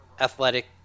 athletic